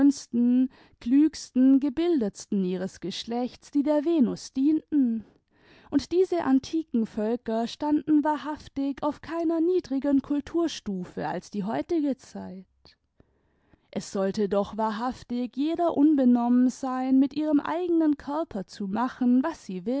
klügsten gebildetsten ihres geschlechts die der venus dienten und diese antiken völker standen wahrhaftig auf keiner niedrigeren kulturstufe als die heutige zeit es sollte doch wahrhaftig jeder unbenommen sein mit ihrem eigenen körper zu machen was sie